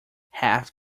half